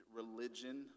religion